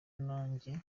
nanjye